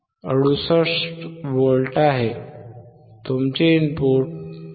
68V आहे तुमचे input 5